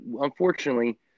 unfortunately